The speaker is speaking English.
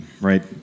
right